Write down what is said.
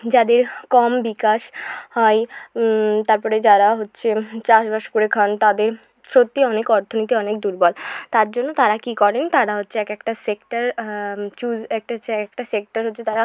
যাদের কম বিকাশ হয় তারপরে যারা হচ্ছে চাষবাস করে খান তাদের সত্যিই অনেক অর্থনীতি অনেক দুর্বল তার জন্য তারা কী করেন তারা হচ্ছে এক একটা সেক্টর চুজ একটা এক একটা সেক্টর হচ্ছে তারা